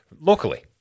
locally